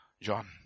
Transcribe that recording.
John